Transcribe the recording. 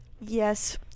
Yes